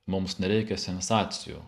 mums nereikia sensacijų